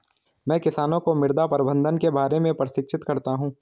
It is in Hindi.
मैं किसानों को मृदा प्रबंधन के बारे में प्रशिक्षित करता हूँ